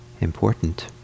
important